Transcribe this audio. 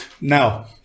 Now